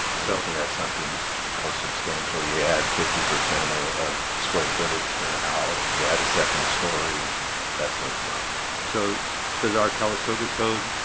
so can add something or substantially add fifty percent of square footage to the house. you had a second-story that sort of thing so there's our calistoga code